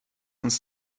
uns